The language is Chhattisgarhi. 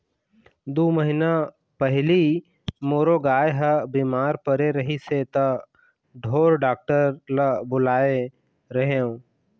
दू महीना पहिली मोरो गाय ह बिमार परे रहिस हे त ढोर डॉक्टर ल बुलाए रेहेंव